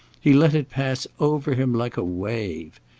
he let it pass over him like a wave.